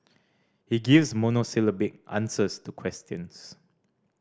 he gives monosyllabic answers to questions